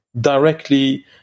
directly